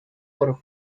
por